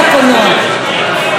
הבשורות הגדולות: